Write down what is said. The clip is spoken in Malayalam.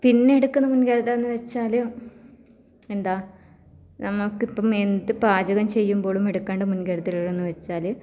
പിന്നെ എടുക്കുന്ന മുൻകരുതൽ എന്ന് വെച്ചാൽ എന്താണ് നമുക്ക് ഇപ്പം എന്ത് പാചകം ചെയ്യുമ്പോളും എടുക്കേണ്ട മുൻകരുതലുകൾ എന്ന് വെച്ചാൽ